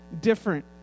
different